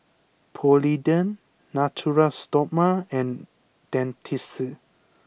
Polident Natura Stoma and Dentiste